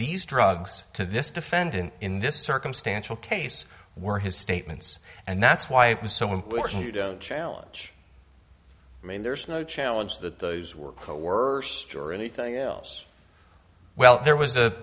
these drugs to this defendant in this circumstantial case were his statements and that's why it was so important challenge i mean there's no challenge that those were coerced or anything else well there was